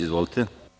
Izvolite.